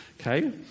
okay